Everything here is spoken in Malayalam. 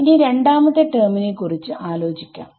ഇനി രണ്ടാമത്തെ ടെർമിനെ കുറിച്ച് ആലോചിക്കാം